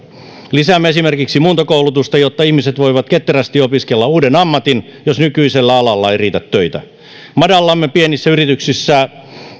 lisäämme esimerkiksi muuntokoulutusta jotta ihmiset voivat ketterästi opiskella uuden ammatin jos nykyisellä alalla ei riitä töitä madallamme pienissä yrityksissä